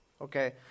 okay